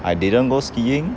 I didn't go skiing